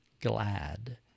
glad